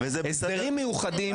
הסדרים מיוחדים.